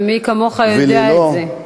ומי כמוך יודע את זה,